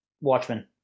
Watchmen